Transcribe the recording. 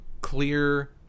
clear